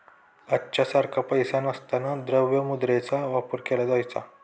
आजच्या सारखा पैसा नसताना द्रव्य मुद्रेचा वापर केला जायचा